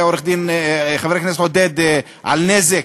חבר הכנסת עודד, על נזק.